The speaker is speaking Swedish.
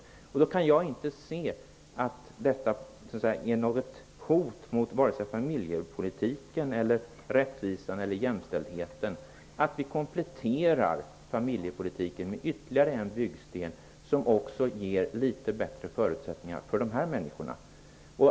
Då kan jag inte se att det skulle vara något hot mor vare sig familjepolitiken, rättvisan eller jämställdheten att vi kompletterar familjepolitiken med ytterligare en byggsten, som ger litet bättre förutsättningar för också dessa människor.